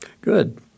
Good